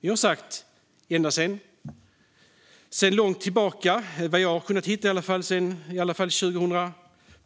Vi har ända sedan lång tid tillbaka - i alla fall sedan 2012-2013, vad